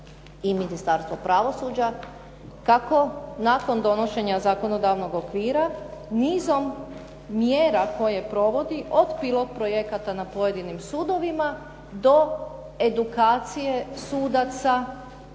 i Ministarstvo pravosuđa, kako nakon donošenja zakonodavnog okvira nizom mjera koje provodi od pilot projekata na pojedinim sudovima do edukacije sudaca